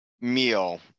meal